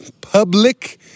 public